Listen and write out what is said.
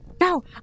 no